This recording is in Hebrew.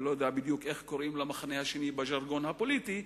אני לא יודע איך קוראים למחנה השני בז'רגון הפוליטי,